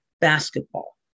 basketball